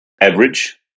average